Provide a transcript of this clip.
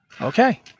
Okay